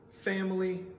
family